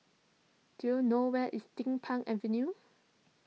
do you know where is Din Pang Avenue